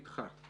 נדחה.